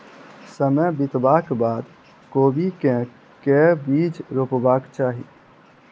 समय बितबाक बाद कोबी केँ के बीज रोपबाक चाहि?